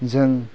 जों